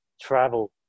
travel